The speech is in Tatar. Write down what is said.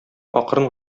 акрын